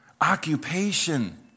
occupation